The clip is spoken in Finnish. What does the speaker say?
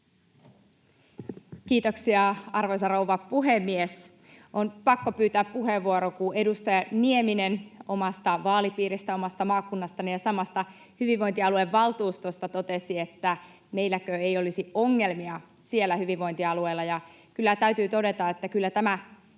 Kiitoksia, arvoisa rouva puhemies! On pakko pyytää puheenvuoro, kun edustaja Nieminen omasta vaalipiiristä, omasta maakunnastani ja samasta hyvinvointialuevaltuustosta totesi, että meilläkö ei olisi ongelmia siellä hyvinvointialueella. Kyllä täytyy todeta, että tämä